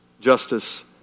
justice